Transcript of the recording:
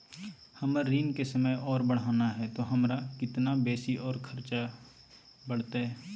हमर ऋण के समय और बढ़ाना है तो हमरा कितना बेसी और खर्चा बड़तैय?